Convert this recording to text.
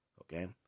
Okay